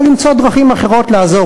אלא למצוא דרכים אחרות לעזור,